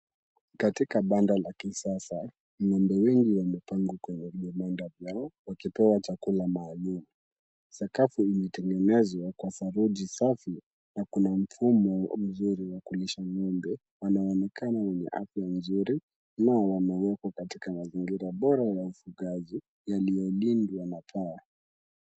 Katika banda la kisasa, ng'ombe wengi wamewekwa kwenye vibanda vyao wakipewa chakula maalum. Sakafu imetengenezwa kwa saruji safi na kuna mfumo mzuri wa kulisha ng'ombe. Wanaonekana wenye afya nzuri na wamewekwa katika mazingira bora ya ufugaji yaliyolindwa na pawa.